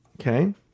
Okay